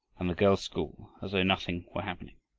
and the girls' school as though nothing were happening.